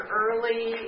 early